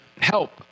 help